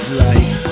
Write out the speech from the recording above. life